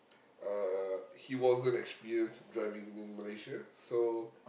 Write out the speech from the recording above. uh he wasn't experienced driving in Malaysia so